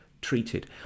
treated